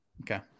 Okay